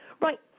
Right